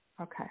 Okay